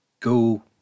go